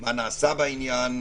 מה נעשה בעניין,